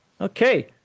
Okay